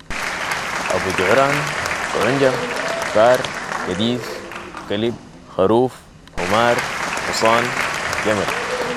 ابوجعران ، قعنجة ، فار ، كديس ، كلب ، خروف ، حمار، حصان ، جمل